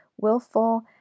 willful